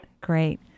Great